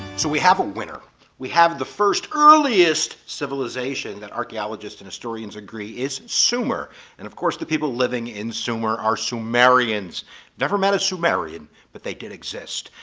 so we have a winner we have the first earliest civilization that archaeologists and historians agree is sumer and of course the people living in sumer are sumerians never met a sumerian but they did exist,